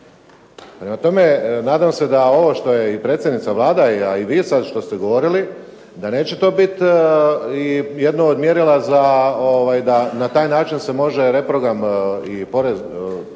tome, nadam se da ovo što je i predsjednica Vlade, a i vi sad što ste govorili da neće to biti i jedno od mjerila da na taj način se može reprogram i porez,